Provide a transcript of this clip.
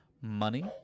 money